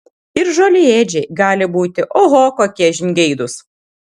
ir žolėdžiai gali būti oho kokie žingeidūs